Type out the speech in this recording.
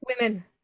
women